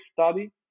Study